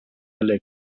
элек